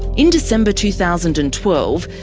in december two thousand and twelve,